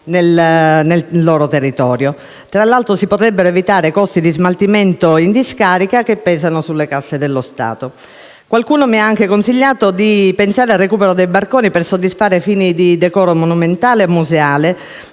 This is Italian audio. nel proprio territorio. Tra l'altro, si potrebbero così evitare i costi di smaltimento in discarica che pesano sulle casse dello Stato. Qualcuno mi ha anche consigliato di pensare al recupero dei barconi per soddisfare finalità di decoro monumentale e museale,